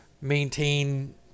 maintain